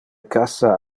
cassa